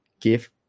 give